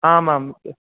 आमाम्